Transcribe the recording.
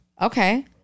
Okay